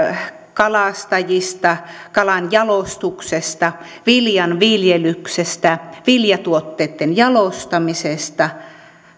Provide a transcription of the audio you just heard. kalastajista kalanjalostuksesta viljanviljelyksestä viljatuotteitten jalostamisesta